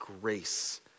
grace